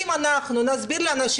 אם אנחנו נסביר לאנשים,